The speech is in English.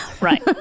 Right